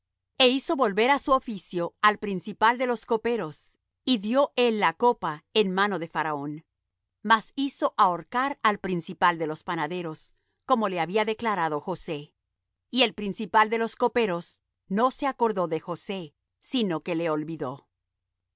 e hizo volver á su oficio al principal de los coperos y dió él la copa en mano de faraón mas hizo ahorcar al principal de los panaderos como le había declarado josé y el principal de los coperos no se acordó de josé sino que le olvidó y